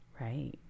Right